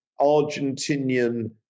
Argentinian